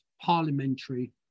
parliamentary